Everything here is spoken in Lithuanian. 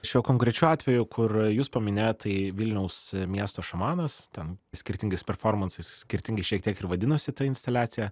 šiuo konkrečiu atveju kur jūs paminėjot tai vilniaus miesto šamanas ten skirtingais performansais skirtingai šiek tiek ir vadinosi ta instaliacija